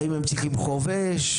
האם הם צריכים חובש?